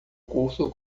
curso